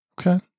Okay